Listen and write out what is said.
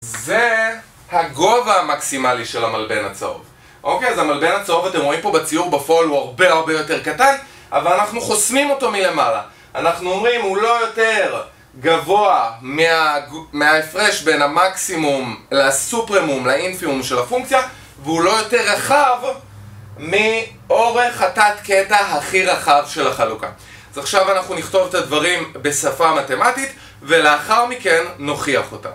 זה הגובה המקסימלי של המלבן הצהוב אוקיי, אז המלבן הצהוב, אתם רואים פה בציור, בפועל הוא הרבה הרבה יותר קטן אבל אנחנו חוסמים אותו מלמעלה אנחנו אומרים, הוא לא יותר גבוה מההפרש בין המקסימום לסופרמום, לאינפימום של הפונקציה והוא לא יותר רחב מאורך התת קטע הכי רחב של החלוקה אז עכשיו אנחנו נכתוב את הדברים בשפה מתמטית ולאחר מכן נוכיח אותם